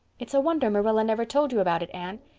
it's a wonder marilla never told you about it, anne.